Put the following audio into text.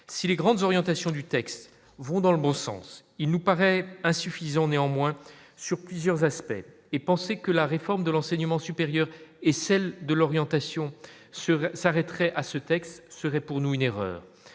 si les grandes orientations du texte vont dans le bon sens, il nous paraît insuffisant néanmoins sur plusieurs aspects et penser que la réforme de l'enseignement supérieur et celle de l'orientation, sur sa retraite à ce texte serait pour nous une erreur,